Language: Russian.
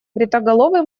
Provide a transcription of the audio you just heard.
бритоголовый